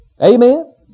Amen